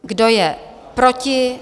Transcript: Kdo je proti?